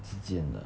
之间的